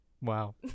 Wow